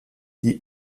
die